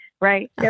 right